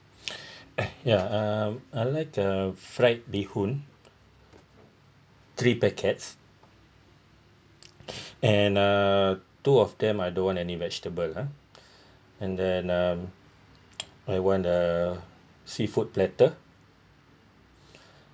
yeah um I like a fried bee hoon three packets and uh two of them I don't want any vegetable ah and then um I want a seafood platter